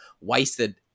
wasted